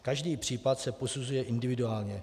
Každý případ se posuzuje individuálně.